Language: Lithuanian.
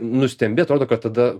nustembi atrodo kad tada